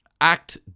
Act